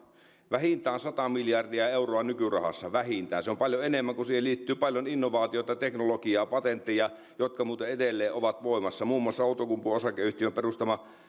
vähintään sata miljardia euroa nykyrahassa vähintään se on paljon enemmän kun siihen liittyy paljon innovaatioita teknologiaa ja patentteja jotka muuten edelleen ovat voimassa muun muassa outokumpu osakeyhtiön perustama